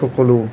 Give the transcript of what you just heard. সকলো